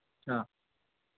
हाँ